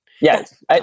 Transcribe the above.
Yes